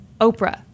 Oprah